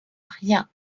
rien